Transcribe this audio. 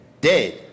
dead